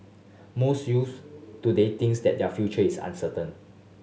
most youths today thinks that their future is uncertain